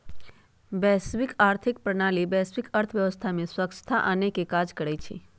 वैश्विक आर्थिक प्रणाली वैश्विक अर्थव्यवस्था में स्वछता आनेके काज करइ छइ